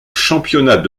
championnat